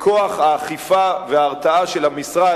שכוח האכיפה וההרתעה של המשרד,